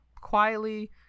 quietly